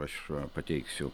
aš pateiksiu